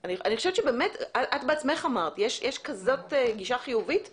את בעצמך אמרת, יש כזאת גישה חיובית בציבור.